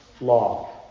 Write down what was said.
Law